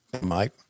Mike